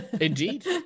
Indeed